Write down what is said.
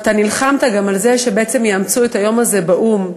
ואתה נלחמת גם על זה שיאמצו את היום הזה באו"ם.